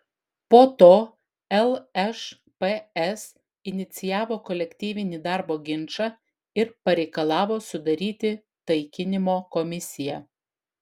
po to lšps inicijavo kolektyvinį darbo ginčą ir pareikalavo sudaryti taikinimo komisiją